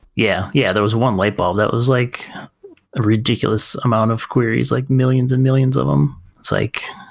yeah. yeah, there was one lightbulb that was like a ridiculous amount of queries, like millions and millions of them. it's like,